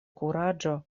kuraĝo